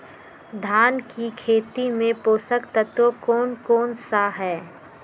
धान की खेती में पोषक तत्व कौन कौन सा है?